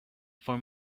for